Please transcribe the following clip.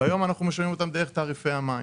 והיום אנחנו משלמים אותם דרך תעריפי המים.